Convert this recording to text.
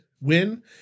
win